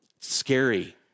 scary